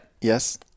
Yes